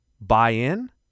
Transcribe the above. Buy-in